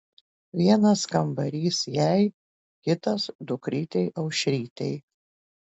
vienas kambarys jai kitas dukrytei aušrytei